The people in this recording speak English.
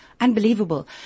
unbelievable